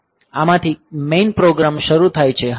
આમાંથી main programme શરૂ થાય છે